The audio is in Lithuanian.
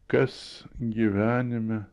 kas gyvenime